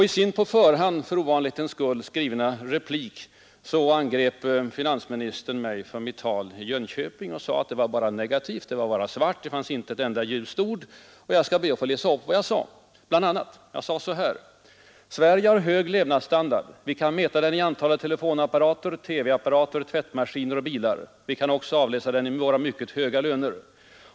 I sin på förhand för ovanlighetens skull skrivna replik angrep finansministern mig för mitt tal i Jönköping och sade att det bara var negativt och svart, att det inte fanns ett enda ljust ord i det. Jag skall därför be att få läs upp en del av vad jag då sade: ”Sverige har hög levnadsstandard. Vi kan mäta den i antalet telefonapparater, TV-apparater, tvättmaskiner och bilar. Vi kan också avläsa den i våra mycket höga löner.